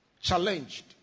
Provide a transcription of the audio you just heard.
challenged